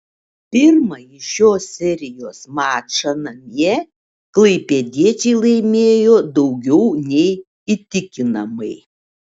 pirmąjį šios serijos mačą namie klaipėdiečiai laimėjo daugiau nei įtikinamai